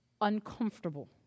uncomfortable